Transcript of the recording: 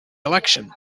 election